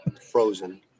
frozen